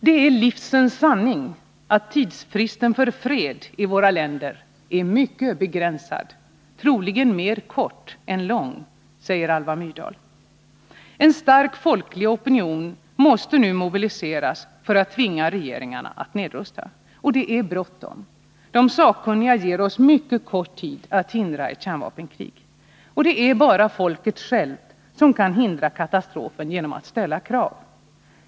”Det är livsens sanning att tidsfristen för fred i våra länder är mycket begränsad — troligen mer kort än lång”, säger Alva Myrdal. En stark folklig opinion måste nu mobiliseras för att tvinga regeringarna att nedrusta. Och det är bråttom! De sakkunniga ger oss mycket kort tid att förhindra ett kärnvapenkrig. Och det är bara folket självt som kan hindra katastrofen genom att ställa krav.